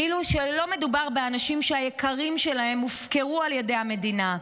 כאילו שלא מדובר באנשים שהיקרים שלהם הופקרו על ידי המדינה,